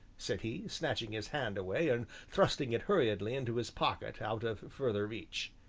said he, snatching his hand away and thrusting it hurriedly into his pocket, out of farther reach.